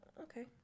Okay